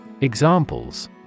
Examples